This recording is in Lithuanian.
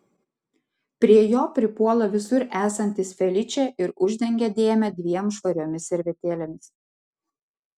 prie jo pripuola visur esantis feličė ir uždengia dėmę dviem švariomis servetėlėmis